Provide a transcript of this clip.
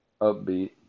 Upbeat